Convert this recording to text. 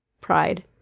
Pride